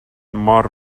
mor